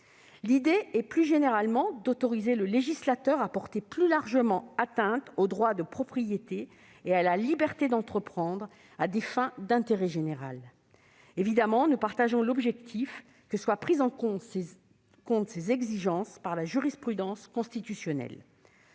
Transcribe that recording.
L'idée est, plus généralement, d'autoriser le législateur à porter plus largement atteinte au droit de propriété et à la liberté d'entreprendre à des fins d'intérêt général. Bien évidemment, nous partageons l'objectif que soient prises en compte ces exigences par la jurisprudence constitutionnelle.